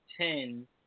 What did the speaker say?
ten